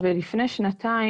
ברוך השם יש לי ילד עכשיו,